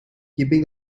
keeping